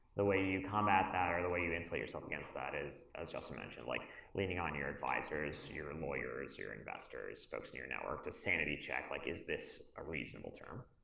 the way you come at that or and the way you insulate yourself against that is, as justin mentioned, like leaning on your advisors, your and lawyers, your investors, folks in your network to sanity check, like, is this a reasonable term.